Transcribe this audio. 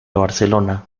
barcelona